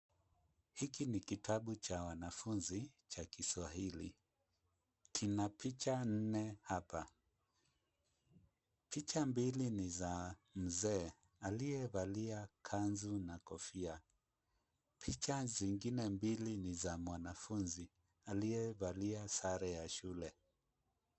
Hiki ni kitabu cha wanafunzi cha kiswahili. Kina picha nne hapa. Picha mbili ni za mzee aliyevalia kanzu na kofia. Picha zingine mbili ni za mwanafunzi aliyevalia sare ya shule.